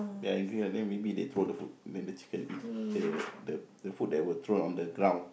they are angry right then maybe they throw the food then the chicken eat the the food that were thrown on the ground